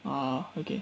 ah okay